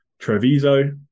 Treviso